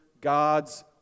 God's